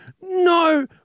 No